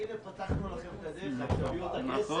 הנה פתחנו לכם את הדרך, רק תביאו את הכסף.